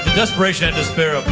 desperation of despair,